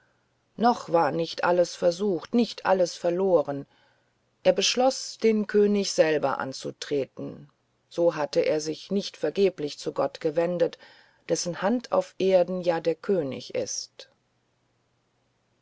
noch war nicht alles versucht nicht alles verloren er beschloß den könig selber anzutreten so hatte er sich nicht vergeblich zu gott gewendet dessen hand auf erden ja der könig ist